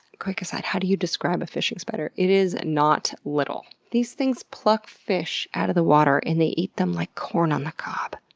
quick aside how do you describe a fishing spider? it. is. not. little. these things pluck fish out of the water and they eat them like corn on the cob.